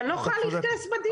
כי אני לא יכולה להיכנס בדיון.